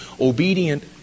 obedient